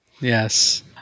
Yes